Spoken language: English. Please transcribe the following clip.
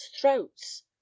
throats